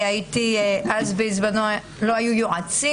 בשעתו לא היו יועצים,